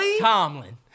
Tomlin